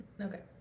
Okay